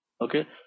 Okay